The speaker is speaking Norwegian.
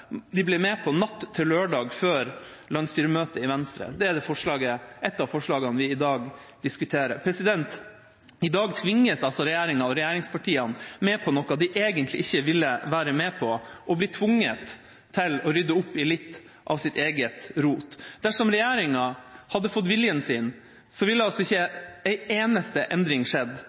med på natt til lørdag før landsstyremøtet i Venstre. Det er et av forslagene vi i dag diskuterer. I dag tvinges regjeringa og regjeringspartiene med på noe de egentlig ikke ville være med på, og blir tvunget til å rydde opp i litt av sitt eget rot. Dersom regjeringa hadde fått viljen sin, ville ikke en eneste endring